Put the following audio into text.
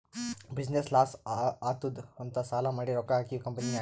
business loss ಆಲಾತ್ತುದ್ ಅಂತ್ ಸಾಲಾ ಮಾಡಿ ರೊಕ್ಕಾ ಹಾಕಿವ್ ಕಂಪನಿನಾಗ್